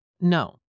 No